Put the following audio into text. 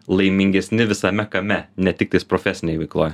laimingesni visame kame ne tik profesinėj veikloj